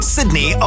Sydney